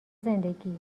زندگی